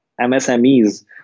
msmes